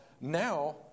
now